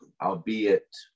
albeit